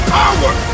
power